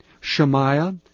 Shemaiah